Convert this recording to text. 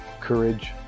courage